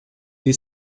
wir